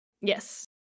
yes